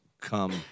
come